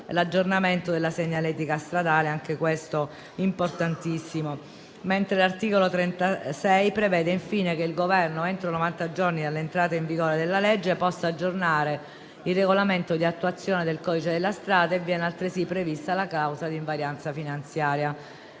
l'aggiornamento della segnaletica stradale (anche questo importantissimo). L'articolo 36 prevede che il Governo, entro novanta giorni dall'entrata in vigore della legge, possa aggiornare il regolamento di attuazione del codice della strada. Infine, è presente la clausola di invarianza finanziaria.